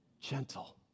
gentle